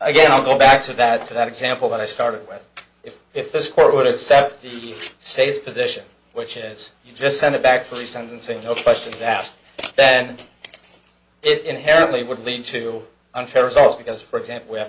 gain i'll go back to that to that example that i started with if if this court would accept the state's position which is you just send it back for the sentencing no questions asked then it inherently would lead to unfair results because for example